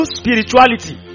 spirituality